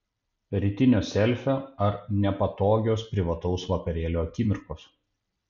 rytinio selfio ar nepatogios privataus vakarėlio akimirkos